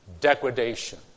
degradation